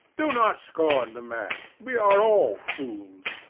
do not scorn the man. we are all fools.